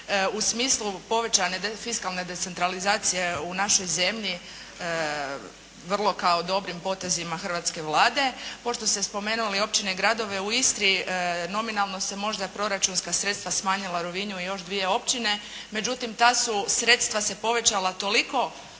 u smislu povećane fiskalne decentralizacije u našoj zemlji vrlo kao dobrim potezima hrvatske Vlade. Pošto ste spomenuli općine i gradove u Istri nominalno se možda proračunska sredstva smanjila u Rovinju još dvije općine, međutim ta su sredstva se povećala toliko